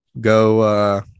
go